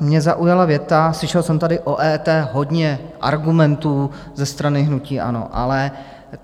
Mě zaujala věta slyšel jsem tady o EET hodně argumentů ze strany hnutí ANO, ale